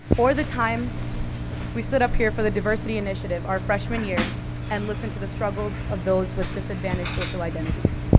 or the time we stood up here for the diversity initiative our freshman year and listened to the struggles of those with disadvantaged social identities.